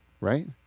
Right